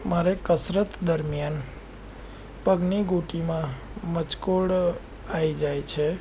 મારે કસરત દરમિયાન પગની ઘૂંટીમાં મચકોડ આવી જાય છે